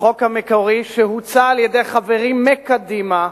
החוק המקורי שהוצע על-ידי חברים מקדימה,